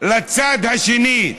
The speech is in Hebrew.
לצד השני.